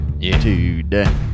today